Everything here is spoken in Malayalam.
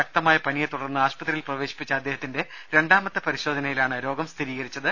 ശക്തമായ പനിയെ തുടർന്ന് ആശുപത്രിയിൽ പ്രവേശിപ്പിച്ച അദ്ദേഹത്തിന്റെ രണ്ടാമത്തെ പരിശോധനയിലാണ് രോഗം സ്ഥിരീകരിച്ചത്